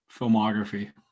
Filmography